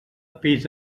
peix